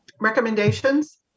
recommendations